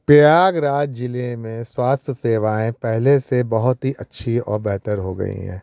प्रयागराज जिले में स्वास्थ्य सेवाएँ पहले से बहुत अच्छी और बेहतर हो गई हैं